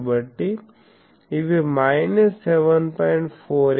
కాబట్టి ఇవి మైనస్ 7